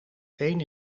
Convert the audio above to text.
één